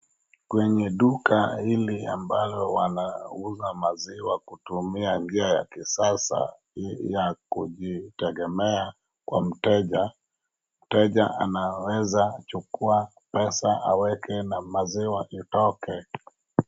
Kwenye duka hili ambalo, wanausa maziwa kutumia njia ya kisasa ya kujitegemea. Kwa mteja, mteja anaweza chukua pesa, aweke na maziwa itoke.